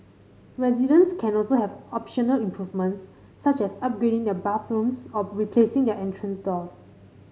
residents can also have optional improvements such as upgrading their bathrooms or replacing their entrance doors